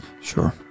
Sure